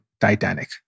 Titanic